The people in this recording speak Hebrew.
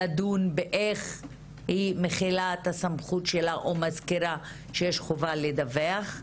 לדון איך היא מחילה את הסמכות שלה או מזכירה שיש חובה לדווח.